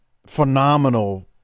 Phenomenal